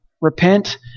Repent